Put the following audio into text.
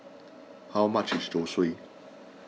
how much is Zosui